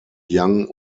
young